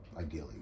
Ideally